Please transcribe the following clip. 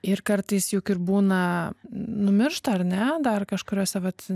ir kartais juk ir būna numiršta ar ne dar kažkuriose vat